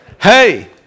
Hey